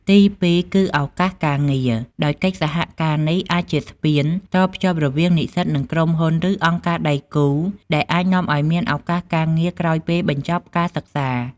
ទីពីរគឺឱកាសការងារ ដោយកិច្ចសហការនេះអាចជាស្ពានតភ្ជាប់រវាងនិស្សិត និងក្រុមហ៊ុន ឬអង្គការដៃគូ ដែលអាចនាំឱ្យមានឱកាសការងារក្រោយពេលបញ្ចប់ការសិក្សា។